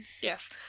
Yes